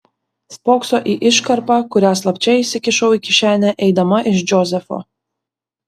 spokso į iškarpą kurią slapčia įsikišau į kišenę eidama iš džozefo